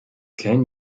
kein